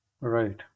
Right